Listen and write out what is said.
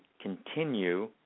continue